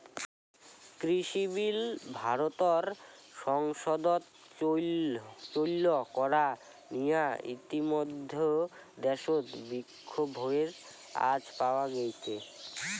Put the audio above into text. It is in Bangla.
কৃষিবিল ভারতর সংসদত চৈল করা নিয়া ইতিমইধ্যে দ্যাশত বিক্ষোভের আঁচ পাওয়া গেইছে